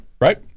right